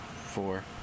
four